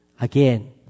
Again